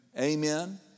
Amen